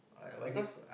because